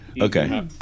okay